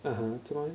(uh huh)